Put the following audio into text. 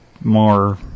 more